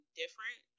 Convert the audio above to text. different